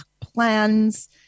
plans